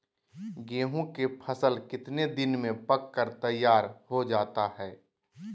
गेंहू के फसल कितने दिन में पक कर तैयार हो जाता है